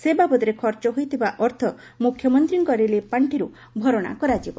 ସେ ବାବଦ ଖର୍ଚ ହୋଇଥିବା ଅର୍ଥ ମୁଖ୍ୟମନ୍ତାକ ରିଲିଫ ପାଖିରୁ ଭରଣା କରାଯିବ